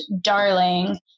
darling